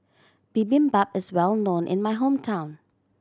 bibimbap is well known in my hometown